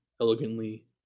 elegantly